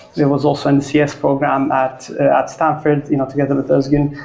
yeah was also in the cs program at at stanford you know together with ozgun.